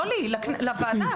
לא לי, לוועדה.